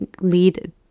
lead